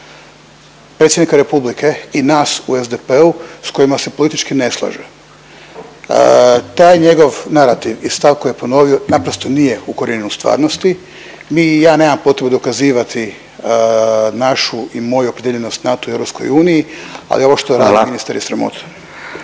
Predsjednika Republike i nas u SDP-u s kojima se politički ne slažu. Taj njegov narativ i stav koji je ponovio naprosto nije u korijenu stvarnosti. Mi, ja nemam potrebu dokazivati našu i moju opredijeljenost NATO-u i EU, ali ovo što je radio ministar …